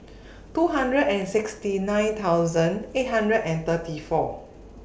two hundred and sixty nine thousand eight hundred and thirty four